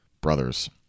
brothers